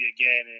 again